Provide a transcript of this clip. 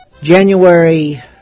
January